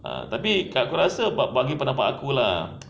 ah tapi aku rasa ba~ bagi pendapat aku lah